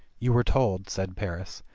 you were told, said paris,